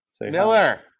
Miller